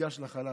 תיגש לחלש,